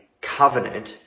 covenant